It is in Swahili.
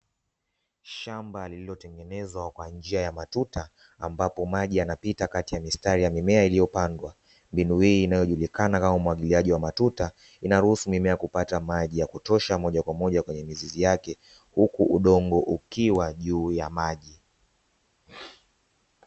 Shamba lililotengenezwa kwa njia ya matuta, ambapo maji yanapita katikati ya mitari ya mimea iliyopangwa mbinu hii hujulikana kama umwagiliaji wa matuta inaruhusu mimea kupata maji yakutosha kwenye mizizi yake huku udongo ukiwa juu ya maji.